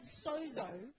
sozo